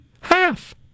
Half